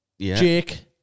Jake